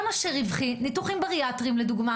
כל מה שרווחי, ניתוחים בריאטריים לדוגמה